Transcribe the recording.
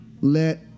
let